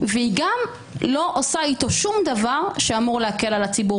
והיא גם לא עושה איתו שום דבר שאמור להקל על הציבור.